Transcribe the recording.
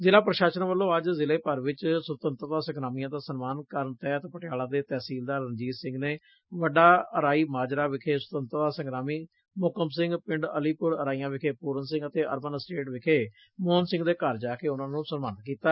ਜ਼ਿਲਾ ਪੁਸ਼ਾਸਨ ਵੱਲੋਂ ਅੱਜ ਜ਼ਿਲੇ ਭਰ ਚ ਸੁਤੰਤਰਤਾ ਸੰਗਰਾਮੀਆਂ ਦਾ ਸਨਮਾਨ ਕਰਨ ਤਹਿਤ ਪਟਿਆਲਾ ਦੇ ਤਹਿਸੀਲਦਾਰ ਰਣਜੀਤ ਸਿੰਘ ਨੇ ਵੱਡਾ ਅਰਾਈ ਮਾਜਰਾ ਵਿਖੇ ਸੁਤੰਤਰਤਾ ਸੰਗਰਾਮੀ ਸੋਹਕਮ ਸਿੰਘ ਪਿੰਡ ਅਲੀਪੁਰ ਅਰਾਈਆਂ ਵਿਖੇ ਪੁਰਨ ਸਿੰਘ ਅਤੇ ਅਰਬਨ ਅਸਟੇਟ ਵਿਖੇ ਮੋਹਨ ਸਿੰਘ ਦੇ ਘਰ ਜਾ ਕੇ ਉਨ੍ਹਾਂ ਨੂੰ ਸਨਮਾਨਤ ਕੀਤਾ